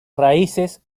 raíces